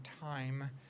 time